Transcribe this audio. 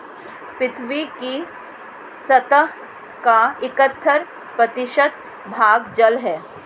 पृथ्वी की सतह का इकहत्तर प्रतिशत भाग जल है